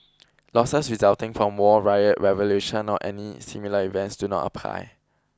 losses resulting from war riot revolution or any similar events do not apply